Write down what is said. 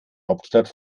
hauptstadt